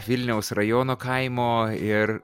vilniaus rajono kaimo ir